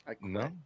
No